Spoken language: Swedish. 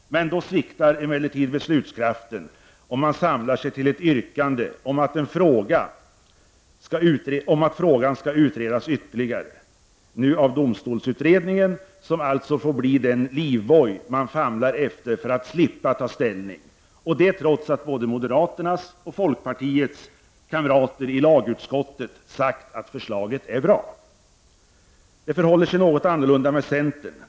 Då sviktar emellertid beslutskraften och man samlar sig till ett yrkande om att frågan skall utredas ytterligare — nu av domstolsutredningen som får bli den livboj man famlar efter för att slippa ta ställning. Och detta trots att både moderaternas och folkpartiets kamrater i lagutskottet sagt att förslaget är bra. Det förhåller sig något annorlunda med centern.